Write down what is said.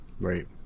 right